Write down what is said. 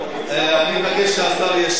אני מבקש שהשר ישיב.